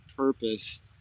Purpose